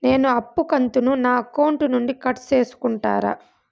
నేను అప్పు కంతును నా అకౌంట్ నుండి కట్ సేసుకుంటారా?